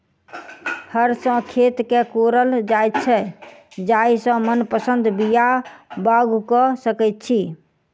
हर सॅ खेत के कोड़ल जाइत छै जाहि सॅ मनपसंद बीया बाउग क सकैत छी